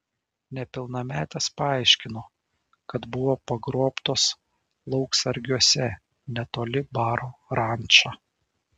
nepilnametės paaiškino kad buvo pagrobtos lauksargiuose netoli baro ranča